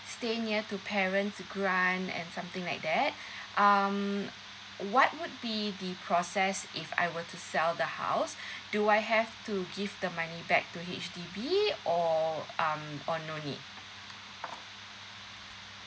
stay near to parents grant and something like that um what would be the process if I were to sell the house do I have to give the money back to H_D_B or um or no need